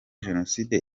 jenoside